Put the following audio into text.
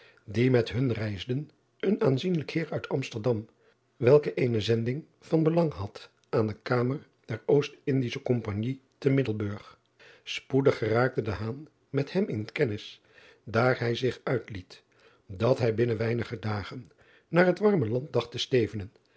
die met hun reisden een aanzienlijk eer uit msterdam welke eene zending van belang had aan de amer der ndische ompagnie te iddelburg poedig geraakte met hem in kennis daar hij zich uitliet dat hij binnen weinige dagen naar het warme land dacht te stevenen